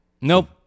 Nope